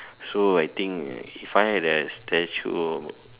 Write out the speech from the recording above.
so I think if I have a statue